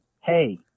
hey